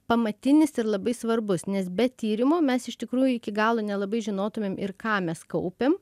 pamatinis ir labai svarbus nes be tyrimo mes iš tikrųjų iki galo nelabai žinotumėm ir ką mes kaupiam